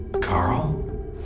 Carl